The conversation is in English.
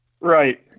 Right